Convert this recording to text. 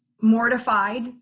mortified